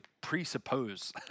presuppose